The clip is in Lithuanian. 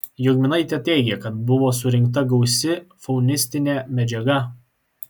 jogminaitė teigė kad buvo surinkta gausi faunistinė medžiaga